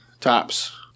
tops